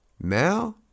now